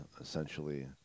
essentially